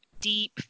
deep